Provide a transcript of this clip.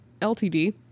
LTD